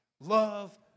love